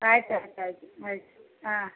ಆಯ್ತು ಆಯ್ತು ಆಯಿತು ಆಯಿತು ಹಾಂ